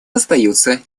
остаются